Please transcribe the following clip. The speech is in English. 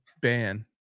ban